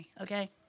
okay